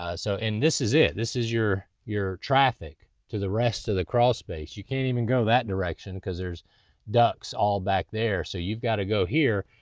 ah so, and this is it. this is your your traffic to the rest of the crawl space. you can't even go that direction cause there's ducts all back there. so you've gotta go here,